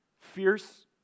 fierce